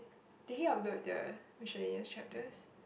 did he upload the micellaneous chapters